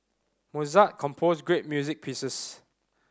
Mozart composed great music pieces